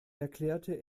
erklärte